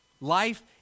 Life